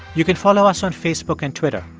you can follow us on facebook and twitter.